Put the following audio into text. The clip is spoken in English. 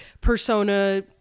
persona